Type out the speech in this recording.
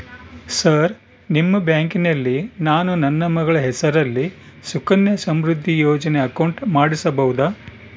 Sir ನಿಮ್ಮ ಬ್ಯಾಂಕಿನಲ್ಲಿ ನಾನು ನನ್ನ ಮಗಳ ಹೆಸರಲ್ಲಿ ಸುಕನ್ಯಾ ಸಮೃದ್ಧಿ ಯೋಜನೆ ಅಕೌಂಟ್ ಮಾಡಿಸಬಹುದಾ?